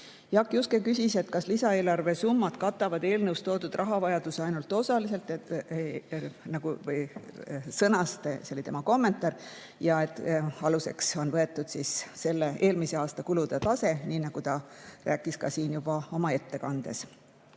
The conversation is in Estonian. Jaak Juske küsis, kas lisaeelarve summad katavad eelnõus toodud rahavajaduse ainult osaliselt, see oli tema kommentaar, ja et aluseks on võetud eelmise aasta kulude tase, nii nagu ta rääkis ka siin juba oma ettekandes.